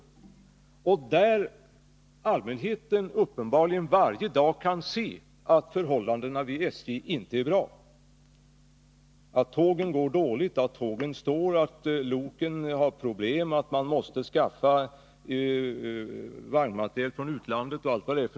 Dessutom kan allmänheten uppenbarligen varje dag se att förhållandena vid SJ inte är bra: tågen går dåligt, tågen står, loken har problem, man måste skaffa vagnmateriel från utlandet, och allt möjligt annat.